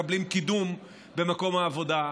מקבלים קידום במקום העבודה,